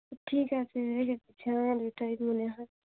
ঠিক আছে রে বিছানা গোটাইনি মনে হয়